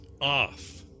off